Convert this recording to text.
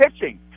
pitching